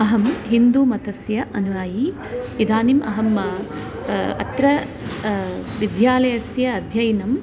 अहं हिन्दूमतस्य अनुयायी इदानीम् अहम् अत्र विद्यालयस्य अध्ययनम्